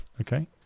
Okay